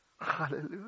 Hallelujah